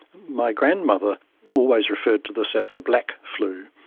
my grandmother always referred to this as the black flu,